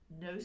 no